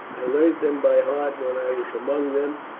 i learnt them by heart when i was among them,